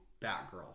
Batgirl